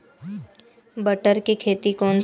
बटर के खेती कोन से महिना म होही?